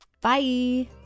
Bye